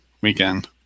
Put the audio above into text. weekend